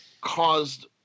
caused